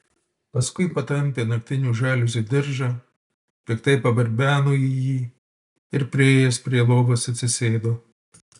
paskui patampė naktinių žaliuzių diržą piktai pabarbeno į jį ir priėjęs prie lovos atsisėdo